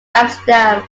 amsterdam